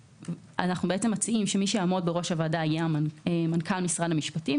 אנחנו מציעים שמי שיעמוד בראש הוועדה יהיה מנכ"ל משרד המשפטים,